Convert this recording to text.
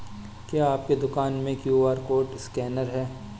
क्या आपके दुकान में क्यू.आर कोड स्कैनर है?